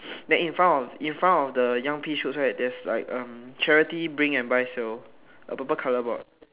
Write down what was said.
then in front of in front of the young pea shoots right there's like a charity bring and buy sale a purple colour board